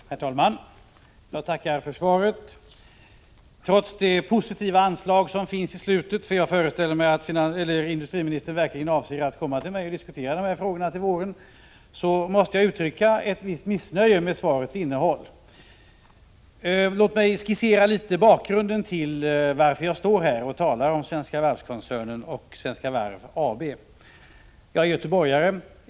Herr talman! Jag tackar för svaret. Trots det positiva anslag som finns i slutet — jag föreställer mig att industriministern verkligen avser att komma till mig och diskutera de här frågorna till våren — måste jag uttrycka ett visst missnöje med svarets innehåll. Låt mig skissera bakgrunden litet till varför jag står här och talar om Svenska Varv-koncernen och Svenska Varv AB. Jag är göteborgare.